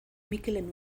mikelen